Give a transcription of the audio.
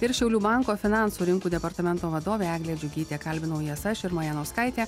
ir šiaulių banko finansų rinkų departamento vadovė eglė džiugytė kalbinau jas aš irma janauskaitė